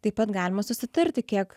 taip pat galima susitarti kiek